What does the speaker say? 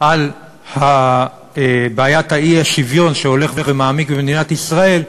על בעיית האי-שוויון שהולך ומעמיק במדינת ישראל,